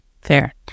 Fair